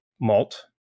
malt